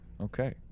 Okay